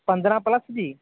ਪੰਦਰਾਂ ਪਲਸ ਜੀ